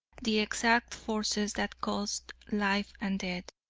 the exact forces that caused life and death,